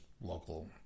local